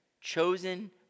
chosen